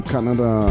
Canada